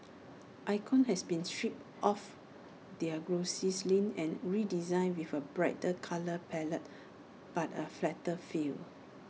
icons have been stripped of their glossy sheen and redesigned with A brighter colour palette but A flatter feel